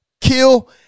kill